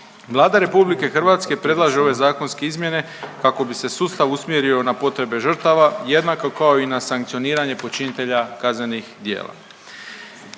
Vlada RH predlaže ove zakonske izmjene kako bi se sustav usmjerio na potrebe žrtava jednako kao i na sankcioniranje počinitelja kaznenih djela.